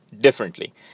differently